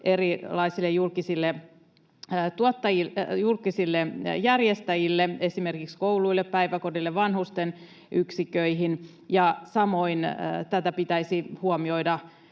erilaisille julkisille järjestäjille, esimerkiksi kouluille, päiväkodeille, vanhusten yksiköihin. Samoin tätä pitäisi huomioida